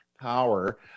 power